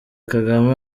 kagame